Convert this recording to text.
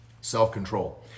Self-control